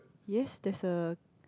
yes there's a